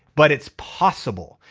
but it's possible.